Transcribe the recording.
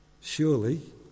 surely